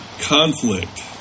conflict